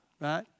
right